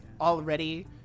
already